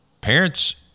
Parents